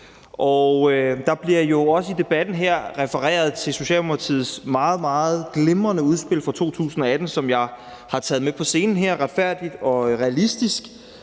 Der bliver jo også i debatten her refereret til Socialdemokratiets meget, meget glimrende udspil fra 2018, som jeg har taget med på scenen her, »Retfærdig og realistisk«,